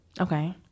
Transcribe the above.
Okay